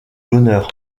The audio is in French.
bonheur